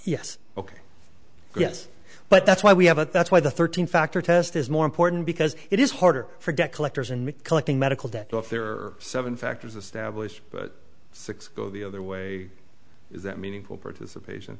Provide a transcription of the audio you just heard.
yes ok yes but that's why we have it that's why the thirteen factor test is more important because it is harder for debt collectors and collecting medical debt if there are seven factors established but six go the other way is that meaningful participation